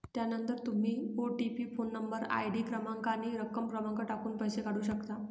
त्यानंतर तुम्ही OTP phone number, ID क्रमांक आणि रक्कम क्रमांक टाकून पैसे काढू शकता